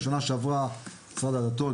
גם בשנה שעברה משרד הדתות,